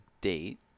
date